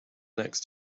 next